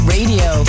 Radio